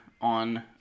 on